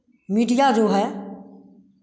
media जो है